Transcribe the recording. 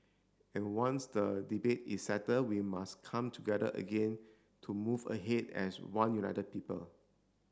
and once the debate is settled we must come together again to move ahead as one united people